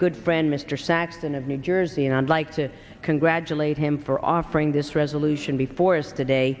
good friend mr saxton of new jersey and i'd like to congratulate him for offering this resolution before us today